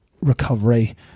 recovery